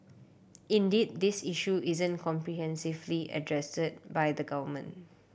indeed this issue isn't comprehensively addressed by the government